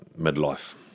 midlife